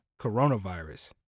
coronavirus